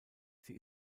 sie